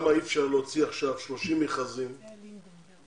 למה אי-אפשר להוציא עכשיו 30 מכרזים לקבלנים,